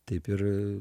taip ir